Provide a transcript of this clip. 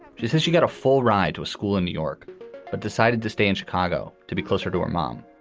she says she got a full ride to a school in new york but decided to stay in chicago to be closer to her mom.